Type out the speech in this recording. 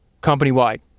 company-wide